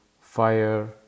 fire